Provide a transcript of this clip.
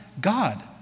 God